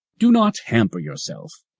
do not hamper yourself.